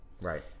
Right